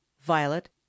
Violet